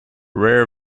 rare